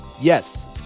Yes